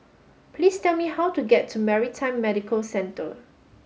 please tell me how to get to Maritime Medical Centre